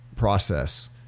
Process